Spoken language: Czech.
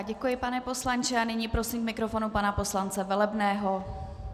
Děkuji, pane poslanče, a nyní prosím k mikrofonu pana poslance Velebného.